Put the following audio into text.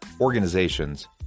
organizations